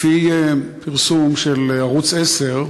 לפי פרסום של ערוץ 10,